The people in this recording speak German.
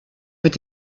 mit